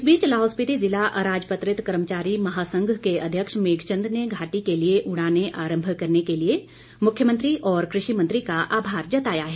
इस बीच लाहौल स्पिति ज़िला अराजपत्रित कर्मचारी महासंघ के अध्यक्ष मेघचंद ने घाटी के लिए उड़ानें आरंभ करने के लिए मुख्यमंत्री और कृषि मंत्री का आभार जताया है